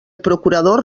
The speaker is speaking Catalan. procurador